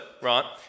right